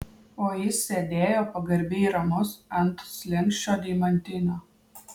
o jis sėdėjo pagarbiai ramus ant slenksčio deimantinio